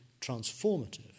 transformative